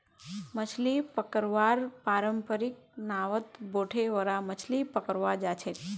मछली पकड़वार पारंपरिक नावत बोठे ओरा मछली पकड़वा जाछेक